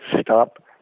stop